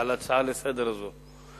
בהצעה הזאת לסדר-היום,